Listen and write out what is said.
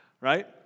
right